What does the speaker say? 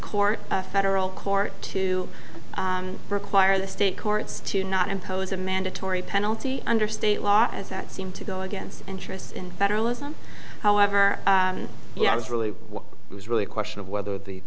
court a federal court to require the state courts to not impose a mandatory penalty under state law as that seemed to go against interests in federalism however i was really it was really a question of whether the